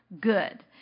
good